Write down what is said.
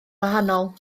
wahanol